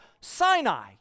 Sinai